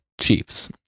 Chiefs